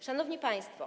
Szanowni Państwo!